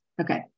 okay